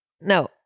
no